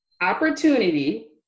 opportunity